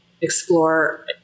explore